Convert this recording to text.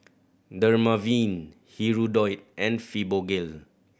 Dermaveen Hirudoid and Fibogel